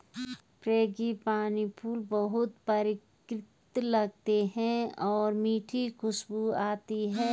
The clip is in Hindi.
फ्रेंगिपानी फूल बहुत परिष्कृत लगते हैं और मीठी खुशबू आती है